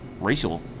racial